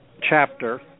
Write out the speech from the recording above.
chapter